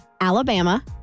Alabama